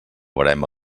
verema